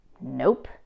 Nope